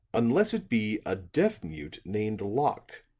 unless it be a deaf mute named locke,